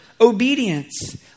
obedience